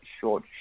short